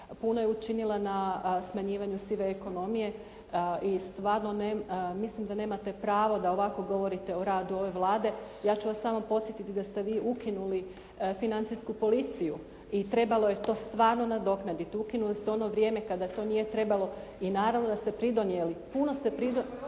Puno je učinila na smanjivanju sive ekonomije i stvarno mislim da nemate pravo da ovako govorite o radu ove Vlade. Ja ću vas samo podsjetiti da ste vi ukinuli Financijsku policiju i trebalo je to stvarno nadoknaditi. Ukinuli ste u ono vrijeme kada to nije trebalo i naravno da ste pridonijeli, puno ste pridonijeli